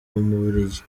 bubiligi